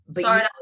Sorry